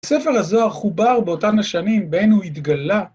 ‫ספר הזוהר חובר באותן השנים ‫בהן הוא התגלה.